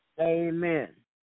Amen